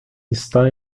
está